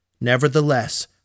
Nevertheless